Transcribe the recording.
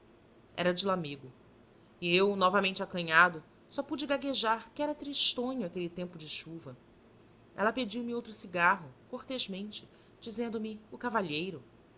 era de lamego e eu novamente acanhado só pude gaguejar que era tristonho aquele tempo de chuva ela pediu-me outro cigarro cortesmente dizendo me o cavalheiro